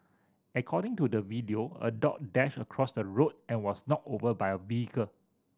according to the video a dog dashed across the road and was knocked over by a vehicle